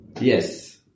Yes